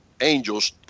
angels